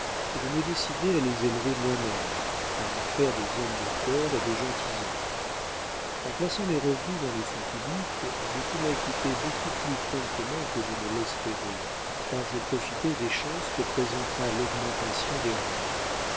je me décidai à les élever moi-même à en faire des hommes de cœur et des gentilshommes en plaçant mes revenus dans les fonds publics j'ai pu m'acquitter beaucoup plus promptement que je ne l'espérais car je profitai des chances que présenta l'augmentation des rentes